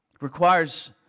requires